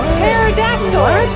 Pterodactyl